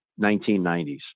1990s